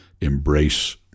embrace